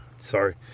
Sorry